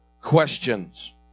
questions